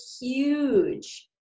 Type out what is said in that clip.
huge